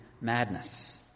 madness